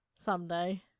Someday